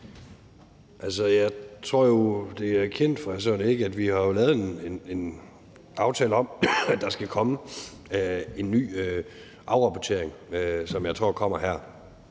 Jeg tror jo, at det er kendt for hr. Søren Egge Rasmussen, at vi har lavet en aftale om, at der skal komme en ny afrapportering. Jeg tror, den kommer her